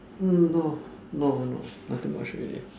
mm no no no nothing much really